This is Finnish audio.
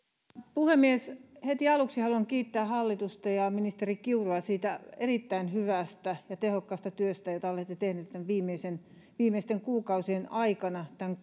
puhemies heti aluksi haluan kiittää hallitusta ja ministeri kiurua siitä erittäin hyvästä ja tehokkaasta työstä jota olette tehneet viimeisten kuukausien aikana tämän